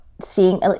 seeing